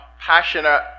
passionate